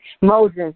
Moses